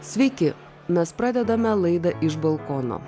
sveiki mes pradedame laidą iš balkono